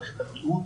מערכת הבריאות,